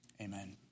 amen